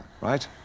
right